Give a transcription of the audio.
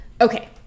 Okay